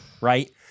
right